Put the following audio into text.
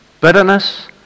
bitterness